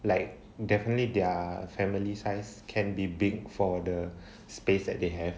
like definitely their family size can be big for the space that they have